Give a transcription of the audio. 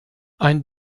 ein